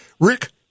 Rick